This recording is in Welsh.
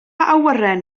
awyren